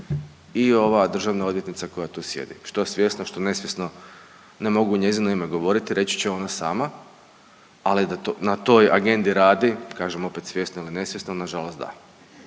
i ova državna odvjetnica koja tu sjedi. Što svjesno, što nesvjesno, ne mogu u njezino ime govoriti, reći će ona sama ali da na toj agendi radi, kažem opet svjesno ili nesvjesno na žalost da.